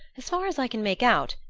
as far as i can make out,